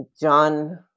John